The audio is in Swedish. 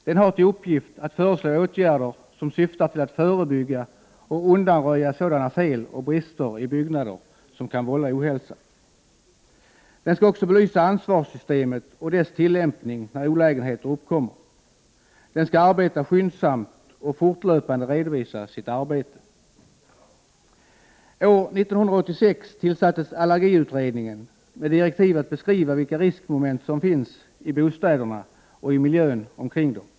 Den har till uppgift att föreslå åtgärder, som syftar till att förebygga och undanröja sådana fel och brister i byggnader som kan vålla ohälsa. Den skall också belysa ansvarssystemet och dess tillämpning när olägenheter uppkommer. Den skall arbeta skyndsamt och fortlöpande redovisa sitt arbete. År 1986 tillsattes allergiutredningen, med direktiv att beskriva vilka riskmoment som finns i bostäderna och i miljön omkring dem.